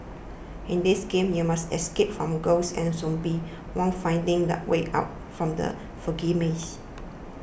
in this game you must escape from ghosts and zombies while finding the way out from the foggy maze